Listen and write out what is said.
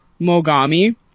mogami